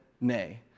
nay